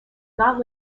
not